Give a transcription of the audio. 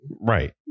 right